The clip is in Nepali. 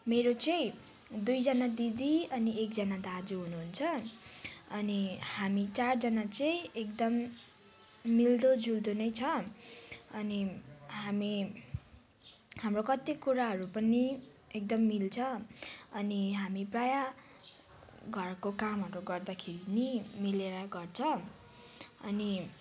मेरो चाहिँ दुईजना दिदी अनि एकजना दाजु हुनुहुन्छ अनि हामी चारजाना चाहिँ एकदम मिल्दोजुल्दो नै छ अनि हामी हाम्रो कति कुराहरू पनि एकदम मिल्छ अनि हामी प्रायः घरको कामहरू गर्दाखेरि नि मिलेरै गर्छ अनि